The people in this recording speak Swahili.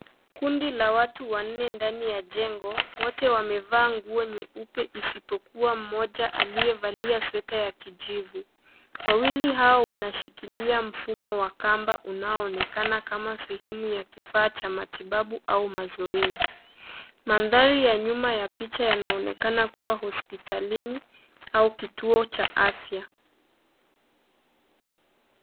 Kundi la watu wanne ndani ya jengo wote wamevaa nguo nyeupe isipokuwa mmoja aliyevalia sweta ya kijivu. Wawili hao wanashikilia mfumo wa kamba unaoonekana kama sehemu ya kifaa cha matibabu au mazoezi. Mandhari ya nyuma ya picha inaonekana kuwa hospitalini au kituo cha afya.